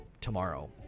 tomorrow